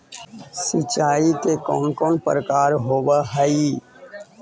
सिंचाई के कौन कौन प्रकार होव हइ?